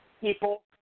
People